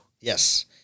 Yes